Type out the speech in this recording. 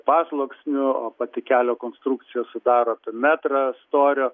pasluoksnių o pati kelio konstrukcija sudaro apie metrą storio